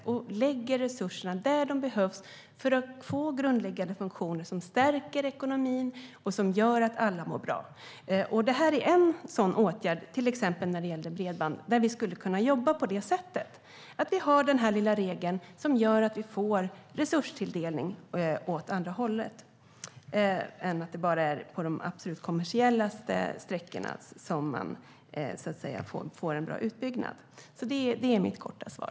Vi måste lägga resurserna där de behövs för att få grundläggande funktioner som stärker ekonomin och gör att alla mår bra. När det gäller till exempel bredband är detta en sådan åtgärd där vi skulle kunna jobba på det sättet. Vi skulle kunna ha denna lilla regel som gör att vi får resurstilldelning åt andra hållet, så att det inte bara är på de mest kommersiella sträckorna man får en bra utbyggnad. Det är mitt korta svar.